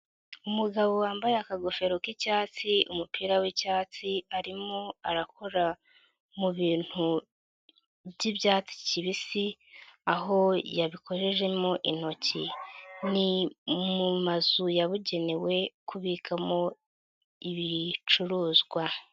Umugabo wambaye akagofero k'icyatsi, umupira wicyatsi, arimo arakora mu bintu by'icyatsi kibisi, aho yabikojejemo intoki. Ni mu mazu yabugenewe kubikamo ibicuruzwa.